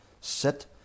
Sit